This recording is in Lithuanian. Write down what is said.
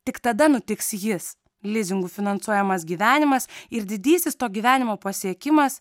tik tada nutiks jis lizingu finansuojamas gyvenimas ir didysis to gyvenimo pasiekimas